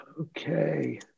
Okay